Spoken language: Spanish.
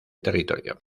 territorio